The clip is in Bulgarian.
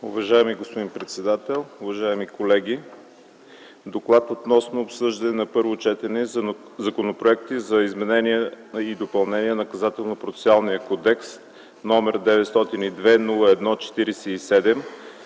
Уважаеми господин председател, уважаеми колеги! „ДОКЛАД относно обсъждане на първо четене на законопроекти за изменение и допълнение на Наказателно-процесуалния кодекс, № 902-01-47,